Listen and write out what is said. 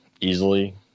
easily